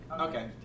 Okay